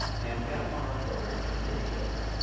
and we got him on our program for kidney failure.